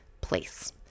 place